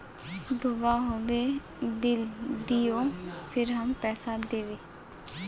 दूबा होबे बिल दियो फिर हम पैसा देबे?